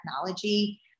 technology